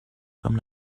comme